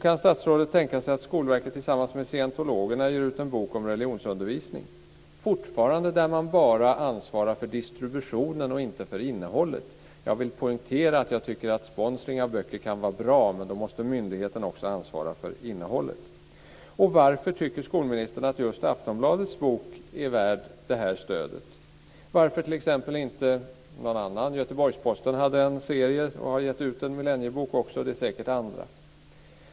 Kan statsrådet tänka sig att Skolverket tillsammans med Scientologerna ger ut en bok om religionsundervisning? Fortfarande ska det vara fråga om ansvar för distribution men inte innehåll. Jag vill poängtera att jag tycker att sponsring av böcker kan vara bra, men då måste myndigheten också ansvara för innehållet. Varför tycker skolministern att just Aftonbladets bok är värd detta stöd? Varför inte någon annan? T.ex. har Göteborgsposten också gett ut en millenniebok. Det finns säkert andra.